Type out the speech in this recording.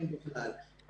אם בכלל,